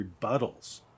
rebuttals